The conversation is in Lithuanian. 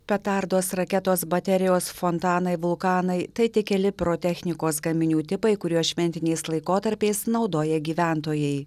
petardos raketos baterijos fontanai vulkanai tai tik keli pirotechnikos gaminių tipai kuriuos šventiniais laikotarpiais naudoja gyventojai